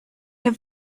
have